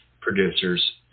producers